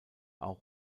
auch